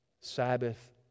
Sabbath